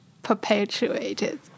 perpetuated